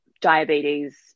diabetes